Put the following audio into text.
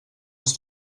als